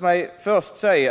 på inkomstskalan.